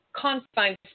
confined